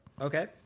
Okay